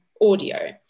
audio